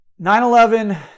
9-11